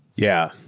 yeah.